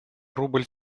рубль